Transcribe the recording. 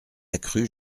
accrus